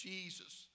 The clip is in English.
Jesus